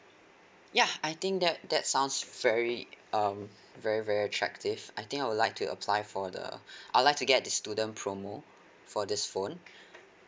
ya I think that that sounds very um very very attractive I think I would like to apply for the I'd like to get the student promo for this phone